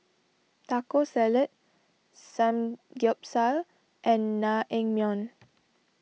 Taco Salad Samgeyopsal and Naengmyeon